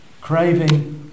Craving